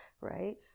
Right